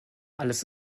alles